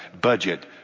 budget